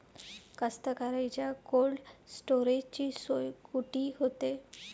कास्तकाराइच्या कोल्ड स्टोरेजची सोय कुटी होते?